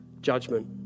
Judgment